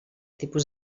tipus